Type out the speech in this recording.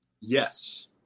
Yes